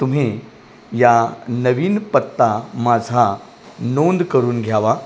तुम्ही या नवीन पत्ता माझा नोंद करून घ्यावा